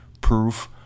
proof